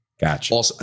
Gotcha